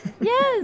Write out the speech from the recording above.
Yes